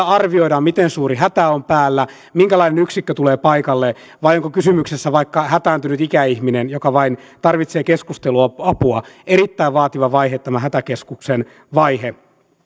arvioidaan miten suuri hätä on päällä minkälainen yksikkö tulee paikalle vai onko kysymyksessä vaikka hätääntynyt ikäihminen joka vain tarvitsee keskusteluapua erittäin vaativa vaihe tämä hätäkeskuksen vaihe